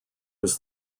was